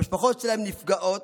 המשפחות שלהם נפגעות,